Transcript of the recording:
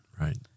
Right